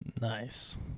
Nice